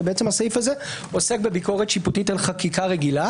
ובעצם הסעיף הזה עוסק בביקורת שיפוטית על חקיקה רגילה.